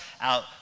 out